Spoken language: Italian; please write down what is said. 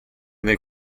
nel